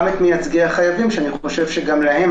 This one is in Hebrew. את מייצגי החייבים שאני חושב שגם להם,